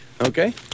Okay